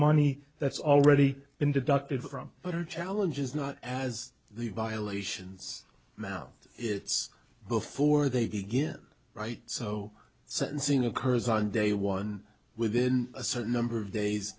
money that's already in the dr from butter challenges not as the violations now it's before they begin right so sentencing occurs on day one within a certain number of days